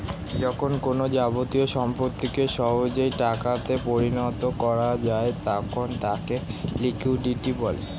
যখন কোনো যাবতীয় সম্পত্তিকে সহজেই টাকা তে পরিণত করা যায় তখন তাকে লিকুইডিটি বলে